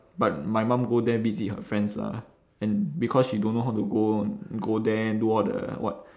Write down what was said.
but my mum go there visit her friends lah and because she don't know how to go go there do all the what